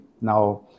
Now